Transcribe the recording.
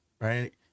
right